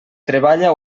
treballa